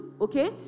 okay